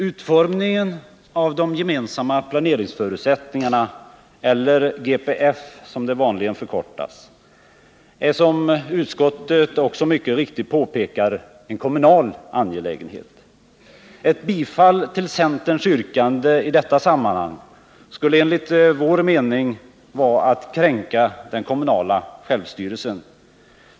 Utformningen av de gemensamma planeringsförutsättningarna, eller GPF som det vanligen förkortas, är — som utskottet också mycket riktigt påpekar — en kommunal angelägenhet. Att bifalla centerns yrkande i detta sammanhang skulle enligt vår mening vara att kränka den kommunala självstyrelsen.